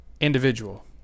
individual